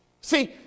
See